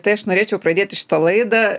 tai aš norėčiau pradėti šitą laidą